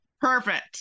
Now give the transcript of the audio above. Perfect